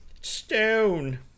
Stone